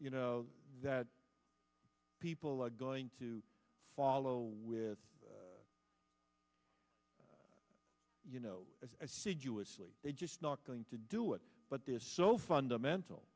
you know that people are going to follow with you know as i said you asleep they're just not going to do it but this is so fundamental